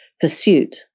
pursuit